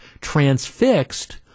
transfixed